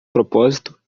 propósito